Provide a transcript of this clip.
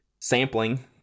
sampling